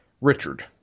Richard